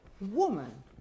woman